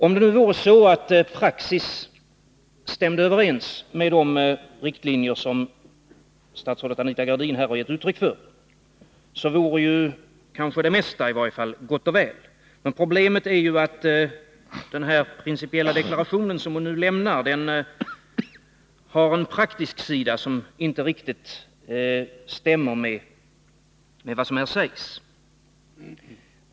Om nu praxis stämde överens med de riktlinjer som statsrådet Anita Gradin här har gett uttryck för, vore kanske i varje fall det mesta gott och väl. Men problemet är att den principiella deklaration som hon nu lämnar har en praktisk sida, som inte riktigt stämmer med vad som här sägs.